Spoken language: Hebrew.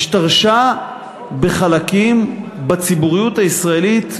השתרשה בחלקים בציבוריות הישראלית,